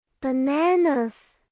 Bananas